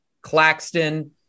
Claxton